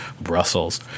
Brussels